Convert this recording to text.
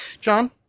John